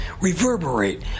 reverberate